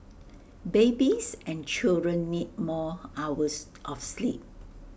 babies and children need more hours of sleep